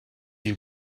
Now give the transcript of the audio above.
you